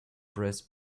brass